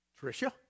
Tricia